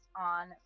on